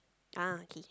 ah okay